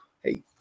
hey